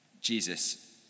Jesus